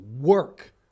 work